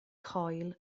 coil